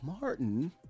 Martin